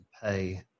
pay